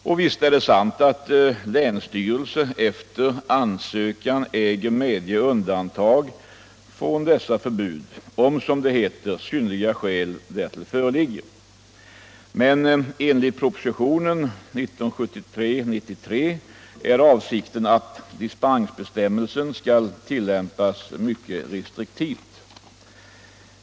Och visst är det sant att länsstyrelse efter ansökan äger medge undantag från dessa förbud om, som det heter, ”synnerliga skäl därtill föreligger”, men enligt propositionen 93 år 1973 är avsikten att dispensbestämmelsen skall tillämpas mycket restriktivt.